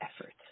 effort